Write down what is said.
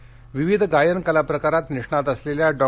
निय्क्ती विविध गायन कलाप्रकारांत निष्णात असलेल्या डॉ